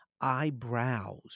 eyebrows